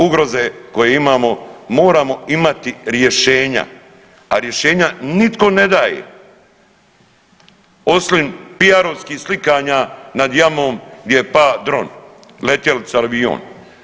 Ugroze koje imamo moramo imati rješenja, a rješenja nitko ne daje osim PR-ovskih slikanja nad jamom gdje je pao dron, letjelica ili avion.